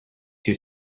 your